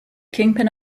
kingpin